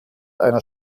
einer